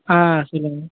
ஆ சொல்லுங்க